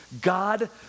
God